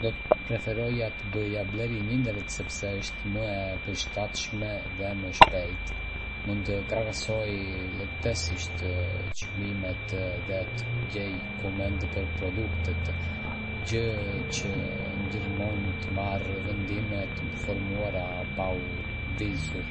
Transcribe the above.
Do të preferoja të bëja blerje në internet sepse është më e përshtatshme dhe më e shpejtë. Mund të krahasoj lehtësisht çmimet dhe të gjej komente për produktet, gjë që më ndihmon të marr vendime të informuara pa u lëvizur.